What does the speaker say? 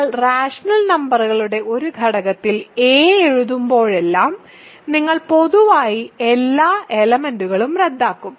നിങ്ങൾ റാഷണൽ നമ്പറുകളുടെ ഒരു ഘടകത്തിൽ a എഴുതുമ്പോഴെല്ലാം നിങ്ങൾ പൊതുവായ എല്ലാ എലെമെന്റ്സ്കളും റദ്ദാക്കും